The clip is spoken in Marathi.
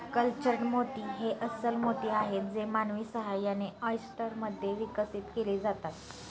कल्चर्ड मोती हे अस्स्ल मोती आहेत जे मानवी सहाय्याने, ऑयस्टर मध्ये विकसित केले जातात